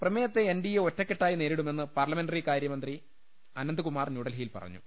പ്രമേയത്തെ N D A ഒറ്റക്കെട്ടായി നേരിടുമെന്ന് പാർലമെന്ററികാര്യ മന്ത്രി അനന്ത്കുമാർ ന്യൂഡൽഹി യിൽ പറഞ്ഞു